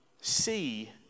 see